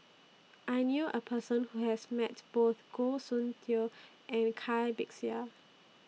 I knew A Person Who has Met Both Goh Soon Tioe and Kai Bixia